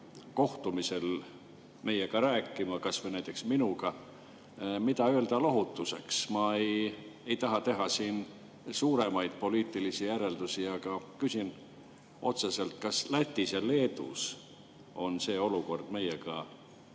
kohtumisel meiega rääkima, kas või näiteks minuga, mida siis öelda lohutuseks? Ma ei taha teha siin suuremaid poliitilisi järeldusi, aga küsin otse: kas Lätis ja Leedus on see olukord meiega